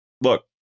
Look